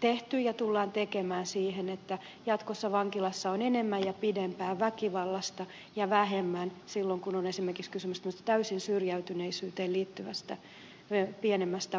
tehty ja tullaan tekemään siten että jatkossa vankilassa on enemmän ja pidempään väkivallasta ja vähemmän silloin kun on esimerkiksi kysymys täysin syrjäytyneisyyteen liittyvästä pienemmästä omaisuusrikollisuudesta